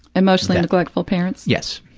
emotionally neglectful parents? yes.